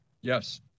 Yes